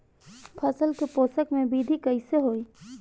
फसल के पोषक में वृद्धि कइसे होई?